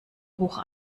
hoch